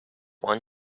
one